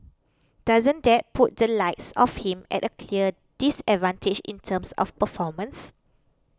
doesn't that put the likes of him at a clear disadvantage in terms of performance